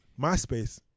MySpace